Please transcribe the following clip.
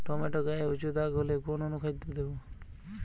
Tomato গায়ে উচু দাগ হলে কোন অনুখাদ্য দেবো?